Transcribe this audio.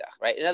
right